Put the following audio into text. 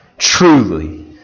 Truly